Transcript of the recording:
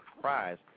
Prize